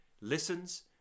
listens